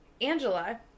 Angela